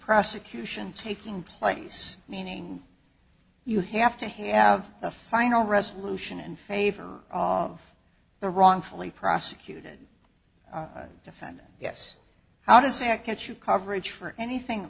prosecution taking place meaning you have to have a final resolution in favor of the wrongfully prosecuted defendant yes how does it count you coverage for anything